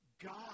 God